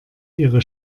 ihre